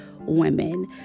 women